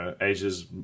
Asia's